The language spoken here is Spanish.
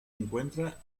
encuentra